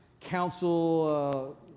council